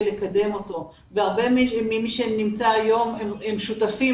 לקדם אותו והרבה ממי שנמצא היום הם שותפים,